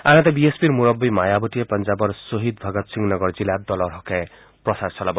আনহাতে B S পিৰ মুৰববী মায়াৱতীয়ে পঞ্জাবৰ ছহিদ ভগত সিং নগৰ জিলাত দলৰ হকে প্ৰচাৰ চলাব